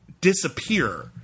disappear